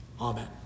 Amen